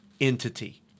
entity